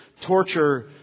torture